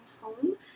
home